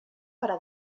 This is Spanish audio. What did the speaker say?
para